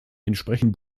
entsprechen